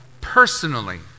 personally